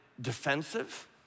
defensive